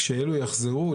כשאלו יחזרו,